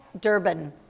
Durban